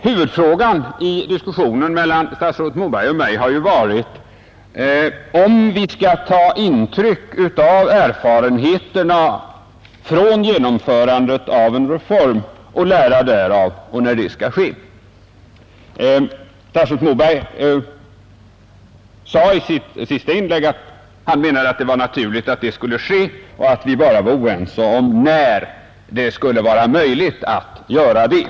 Huvudfrågan i diskussionen mellan statsrådet Moberg och mig har varit om vi skall ta intryck av erfarenheterna från genomförandet av en reform och lära därav, och när det skall ske. Statsrådet sade i sitt senaste inlägg att han menade att det var naturligt att så skulle ske och att vi bara var oense om när det skulle vara möjligt att göra det.